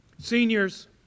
Seniors